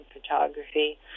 photography